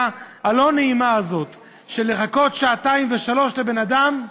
הלא-נעימה הזאת של לחכות שעתיים ושלוש לבן אדם,